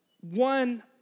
one